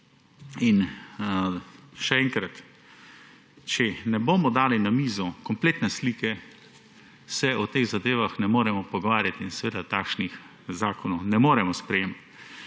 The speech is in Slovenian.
Še enkrat. Če ne bomo dali na mizo kompletne slike, se o teh zadevah ne moremo pogovarjati in seveda takšnih zakonov ne moremo sprejemati.